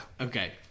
Okay